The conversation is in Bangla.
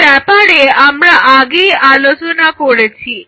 এই ব্যাপারে আমরা আগেই আলোচনা করেছি